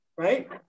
right